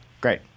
Great